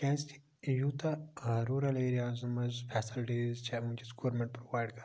کیازکہِ یوتاہ روٗرَل ایریازَن مَنٛز فیسَلٹیٖز چھےٚ ونکیٚس گورمنٹ پرووایڈ کَران